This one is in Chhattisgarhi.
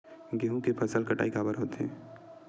गेहूं के फसल कटाई काबर होथे?